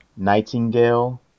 Nightingale